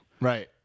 Right